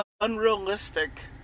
unrealistic